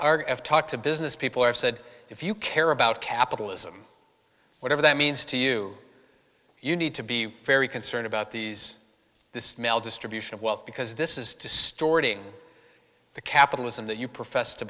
are taught to business people have said if you care about capitalism whatever that means to you you need to be very concerned about these this mail distribution of wealth because this is distorting the capitalism that you profess to